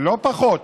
לא פחות,